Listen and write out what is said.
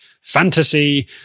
fantasy